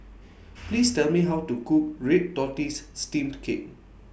Please Tell Me How to Cook Red Tortoise Steamed Cake